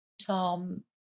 Tom